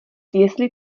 jestli